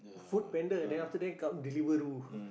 FoodPanda then after that come Deliveroo